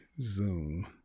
Zoom